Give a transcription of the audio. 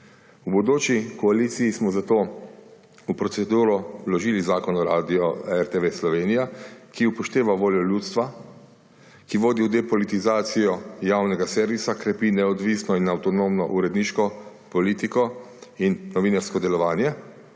V bodoči koaliciji smo zato v proceduro vložili zakon o RTV Slovenija, ki upošteva voljo ljudstva, ki vodi v depolitizacijo javnega servisa, krepi neodvisno in avtonomno uredniško politiko in novinarsko delovanje,